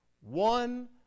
One